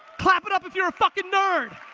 clap it up if you're a fucking nerd.